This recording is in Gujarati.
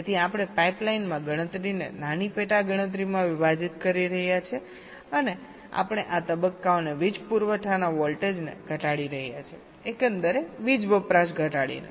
તેથી આપણે પાઇપલાઇન માં ગણતરીને નાની પેટા ગણતરીમાં વિભાજીત કરી રહ્યા છીએ અને આપણે આ તબક્કાઓના વીજ પુરવઠાના વોલ્ટેજને ઘટાડી રહ્યા છીએ એકંદર વીજ વપરાશ ઘટાડીને